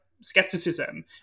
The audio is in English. skepticism